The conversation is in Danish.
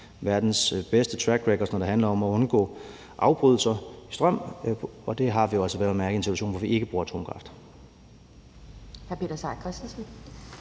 verdens bedste trackrecords, når det handler om at undgå afbrydelser af strøm, og det har vi jo altså vel at mærke i en situation, hvor vi ikke bruger atomkraft.